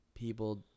People